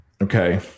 okay